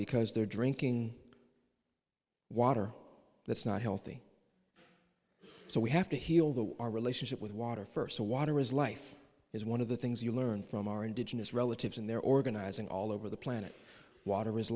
because they're drinking water that's not healthy so we have to heal the our relationship with water first so water is life is one of the things you learn from our indigenous relatives and they're organizing all over the planet water is